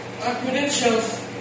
credentials